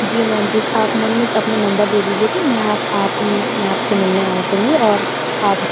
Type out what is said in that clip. जी ma'am जी आप अपना नंबर दे दीजिएगा मैं मैं आप से मिलने आया करूँगी और आप